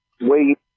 wait